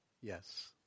Yes